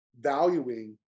valuing